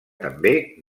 també